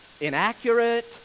inaccurate